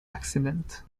accident